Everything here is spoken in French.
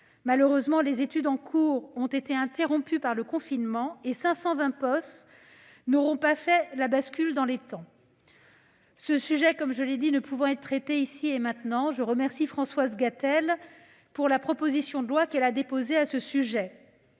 Malheureusement, les études en cours ont été interrompues par le confinement, et 520 POS n'auront pas « fait la bascule » dans les temps. Ce sujet- je viens de le dire -ne pouvant être traité ici et maintenant, je remercie Françoise Gatel de la proposition de loi qu'elle a déposée à ce sujet.